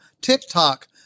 TikTok